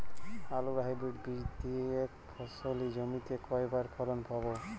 আলুর হাইব্রিড বীজ দিয়ে এক ফসলী জমিতে কয়বার ফলন পাব?